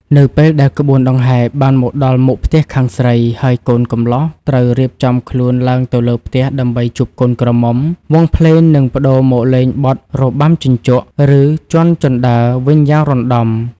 នៅពេលដែលក្បួនដង្ហែបានមកដល់មុខផ្ទះខាងស្រី ហើយកូនកំលោះត្រូវរៀបចំខ្លួនឡើងទៅលើផ្ទះដើម្បីជួបកូនក្រមុំ វង់ភ្លេងនឹងប្តូរមកលេងបទ របាំជញ្ជក់ ឬ ជាន់ជណ្ដើរ វិញយ៉ាងរណ្តំ។